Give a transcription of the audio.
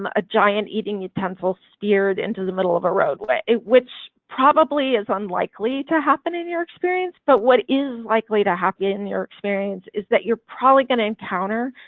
um a giant eating utensil steered into the middle of a road but it which probably is unlikely to happen in your experience but what is likely to happen in your experience is that you're probably going to encounter?